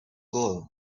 gold